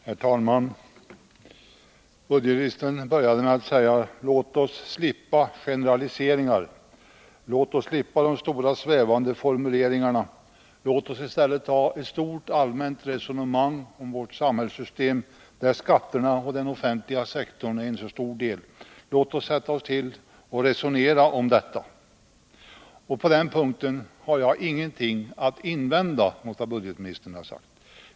Herr talman! Budgetministern började med att säga: Låt oss slippa generaliseringar. Låt oss slippa de stora svävande formuleringarna. Låt oss i stället föra ett stort allmänt resonemang om vårt samhällssystem, där skatterna och den offentliga sektorn är en så stor del. Låt oss sätta oss till och resonera om detta. På den punkten har jag ingenting att invända mot vad budgetministern har sagt.